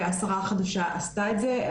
והשרה החדשה עשתה את זה,